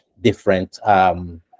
different